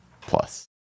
Plus